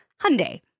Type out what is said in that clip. Hyundai